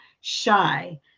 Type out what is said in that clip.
shy